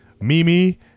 Mimi